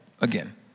again